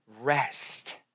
rest